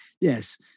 yes